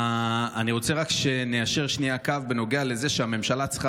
אני רוצה רק שניישר שנייה קו בנוגע לזה שהממשלה צריכה